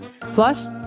Plus